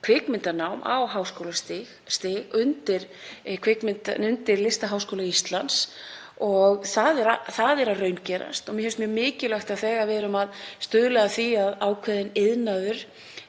kvikmyndanám á háskólastig, undir Listaháskóla Íslands, og það er að raungerast. Mér finnst mjög mikilvægt að þegar við erum að stuðla að því að ákveðinn iðnaður